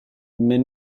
mais